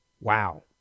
Wow